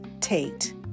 Tate